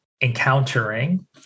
encountering